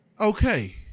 Okay